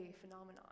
phenomenon